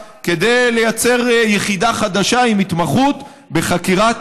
כדי לייצר יחידה חדשה עם התמחות בחקירת